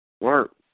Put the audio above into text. Work